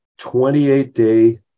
28-day